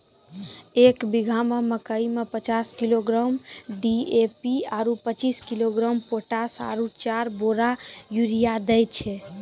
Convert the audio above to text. एक बीघा मे मकई मे पचास किलोग्राम डी.ए.पी आरु पचीस किलोग्राम पोटास आरु चार बोरा यूरिया दैय छैय?